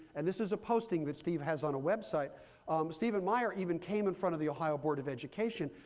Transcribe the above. and this is a posting that steve has on a website stephen meyer even came in front of the ohio board of education,